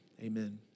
Amen